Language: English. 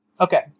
Okay